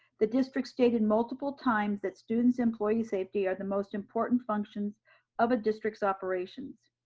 the district stated multiple times that students employee safety are the most important functions of a district's operations.